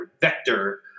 Vector